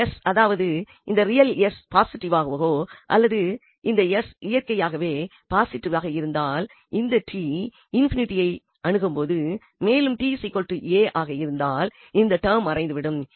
இந்த s அதாவது இந்த ரியல் s பாசிட்டிவாகவோ அல்லது இந்த s இயற்கைஇயற்கையாகவே பாசிட்டிவாக இருந்தால் இந்த t ∞ ஐ அணுகும் மேலும் ta ஆக இருந்தால் அந்த டெர்ம் மறைந்துவிடும்